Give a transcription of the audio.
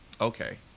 okay